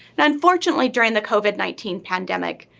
unfortunately during the covid nineteen pandemic,